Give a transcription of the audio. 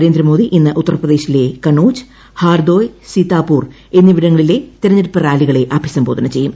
നരേന്ദ്രമോദി ഇന്ന് ഉത്തർപ്രദേശിലെ കനോജ് ഹാർദോയ് സീതാപൂർ എന്നിവിടങ്ങളിലെ തെരഞ്ഞടുപ്പ് റാലികളെ അഭിസംബോധന ചെയ്യും